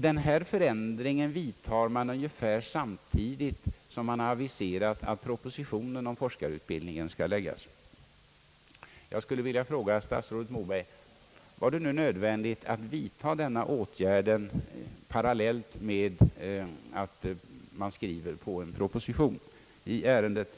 Denna förändring vidtar man ungefär samtidigt som man har aviserat att propositionen om forskarutbildningen skall läggas fram. Jag skulle vilja fråga statsrådet Moberg: Var det nödvändigt att vidta denna åtgärd parallellt med att man skriver en proposition i ärendet?